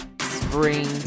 spring